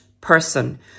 person